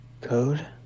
Code